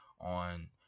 on